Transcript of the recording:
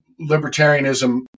libertarianism